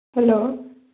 hello